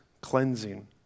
cleansing